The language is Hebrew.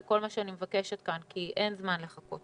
כל מה שאני מבקשת כאן כי אין זמן לחכות.